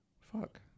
fuck